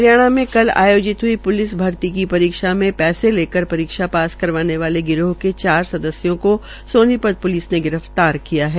हरियाणा के कल आयोजित हुई प्लिस भर्ती की परीक्षा में पैसे लेकर परीक्षा पास करवाने वाले के चार सदस्यों को सोनीपत पुलिस ने गिरफतार किया है